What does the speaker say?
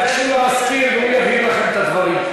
תיגשו למזכיר והוא יבהיר לכם את הדברים,